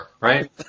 right